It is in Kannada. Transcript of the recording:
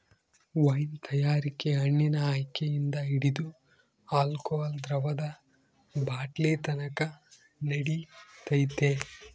ವೈನ್ ತಯಾರಿಕೆ ಹಣ್ಣಿನ ಆಯ್ಕೆಯಿಂದ ಹಿಡಿದು ಆಲ್ಕೋಹಾಲ್ ದ್ರವದ ಬಾಟ್ಲಿನತಕನ ನಡಿತೈತೆ